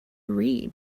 read